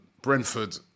Brentford